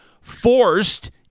forced